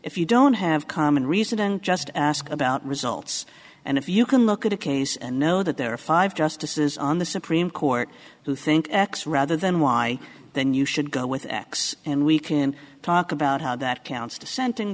if you don't have common reason and just ask about results and if you can look at a case and know that there are five justices on the supreme court who think x rather than y then you should go with x and we can talk about how that counts